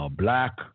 black